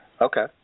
Okay